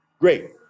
great